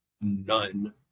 none